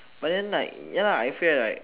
but then like ya I fear like